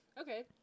Okay